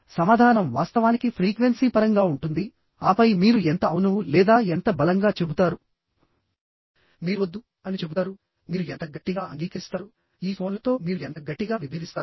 సమాధానం వాస్తవానికి ఫ్రీక్వెన్సీ పరంగా ఉంటుంది ఆపై మీరు ఎంత అవును లేదా ఎంత బలంగా చెబుతారు మీరు వద్దు అని చెబుతారుమీరు ఎంత గట్టిగా అంగీకరిస్తారుఈ ఫోన్లతో మీరు ఎంత గట్టిగా విభేదిస్తారు